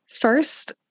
First